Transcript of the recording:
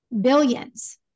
billions